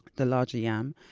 the larger yam.